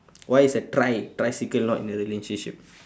why is a tri~ tricycle not in a relationship